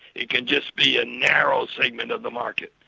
it can just be a narrow segment of the market,